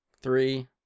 three